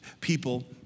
people